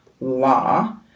Law